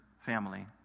family